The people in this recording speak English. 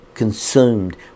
Consumed